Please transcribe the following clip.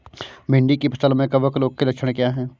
भिंडी की फसल में कवक रोग के लक्षण क्या है?